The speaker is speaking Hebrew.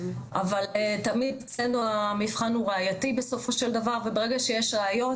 אבל תמיד אצלנו המבחן הוא ראייתי בסופו של דבר וברגע שיש ראיות,